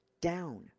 down